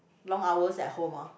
long hours at home ah